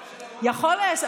כי העונש, יכול להיות.